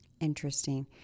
Interesting